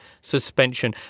suspension